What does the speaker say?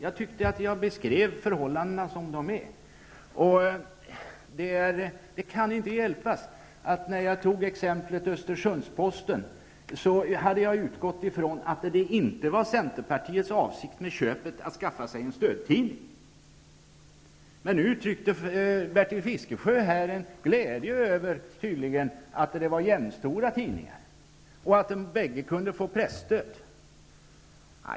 Jag tyckte att jag beskrev förhållandena som de är. Det kan inte hjälpas att jag, när jag tog Östersunds-Posten som exempel, hade utgått från att Centerpartiets avsikt med köpet inte hade varit att skaffa sig en stödtidning. Men nu uttryckte Bertil Fiskesjö en glädje över att det var fråga om jämstora tidningar och att bägge kunde få presstöd.